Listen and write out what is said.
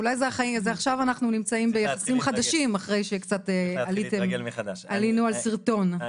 אולי עכשיו אנחנו נמצאים ביחסים חדשים אחרי שקצת עלינו על שרטון.